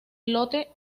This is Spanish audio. lote